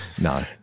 No